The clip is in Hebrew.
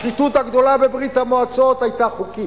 השחיתות הגדולה בברית-המועצות היתה חוקית.